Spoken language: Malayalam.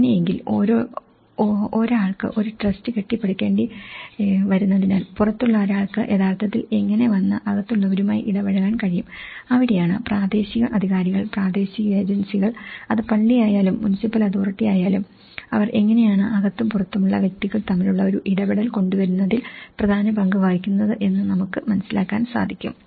അങ്ങനെയെങ്കിൽ ഒരാ ൾക്ക് ഒരു ട്രസ്റ്റ് കെട്ടിപ്പടുക്കേണ്ടി വരുന്നതിനാൽ പുറത്തുള്ള ഒരാൾക്ക് യഥാർത്ഥത്തിൽ എങ്ങനെ വന്ന് അകത്തുള്ളവരുമായി ഇടപഴകാൻ കഴിയും അവിടെയാണ് പ്രാദേശിക അധികാരികൾ പ്രാദേശിക ഏജൻസികൾ അത് പള്ളിയായാലും മുനിസിപ്പൽ അതോറിറ്റിയായാലും അവർ എങ്ങനെയാണ് അകത്തും പുറത്തുമുള്ള വ്യക്തികൾ തമ്മി ലുള്ള ഒരു ഇടപെടൽ കൊണ്ടുവരുന്നതിൽ പ്രധാന പങ്ക് വഹിക്കുന്നത് എന്ന് നമ്മുക്ക് മനസിലാക്കാൻ സാധിക്കും